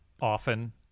often